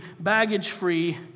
baggage-free